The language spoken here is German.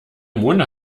monde